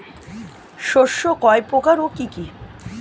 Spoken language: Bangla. শস্য কয় প্রকার কি কি?